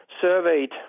surveyed